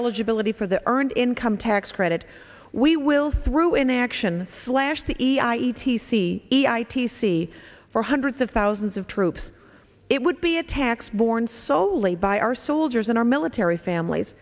eligibility for the earned income tax credit we will through inaction slash the i e t c e i t c for hundreds of thousands of troops it would be a tax borne soley by our soldiers and our military families